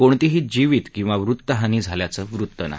कोणतीही जिवित किंवा वित्तहानी झाल्याचं वृत्त नाही